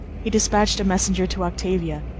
he dispatched a messenger to octavia,